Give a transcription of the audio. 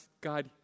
God